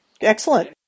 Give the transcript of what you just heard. excellent